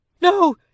no